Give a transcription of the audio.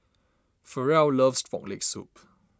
Farrell loves Frog Leg Soup